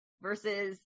versus